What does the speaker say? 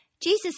Jesus